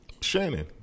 Shannon